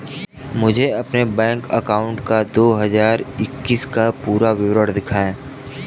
मुझे अपने bank account का दो हज़ार इक्कीस का पूरा विवरण दिखाएँ?